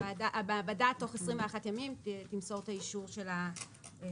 שהמעבדה תוך 21 ימים תמסור את האישור של הבדיקה.